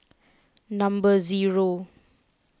number zero